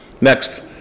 next